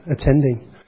attending